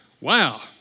Wow